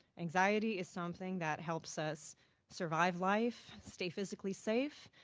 anxiety is something that helps us survive life, stay physically safe,